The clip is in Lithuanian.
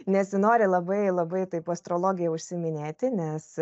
nesinori labai labai taip astrologija užsiiminėti nes